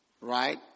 Right